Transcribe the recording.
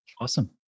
awesome